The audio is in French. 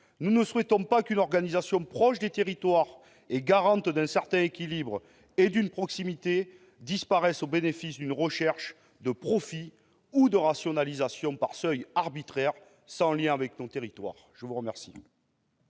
Nous ne souhaitons pas qu'une organisation proche des territoires, garante d'un certain équilibre et d'une proximité, disparaisse au bénéfice d'une recherche de profit ou de rationalisation par la fixation de seuils arbitraires, sans lien avec nos territoires. La parole